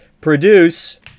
produce